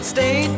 Stay